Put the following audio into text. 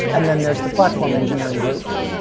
and then there's the platform engineering groups.